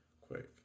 quick